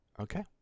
Okay